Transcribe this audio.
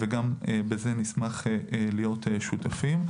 גם בזה נשמח להיות שותפים.